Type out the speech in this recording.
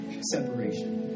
separation